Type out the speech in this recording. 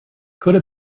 could